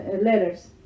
letters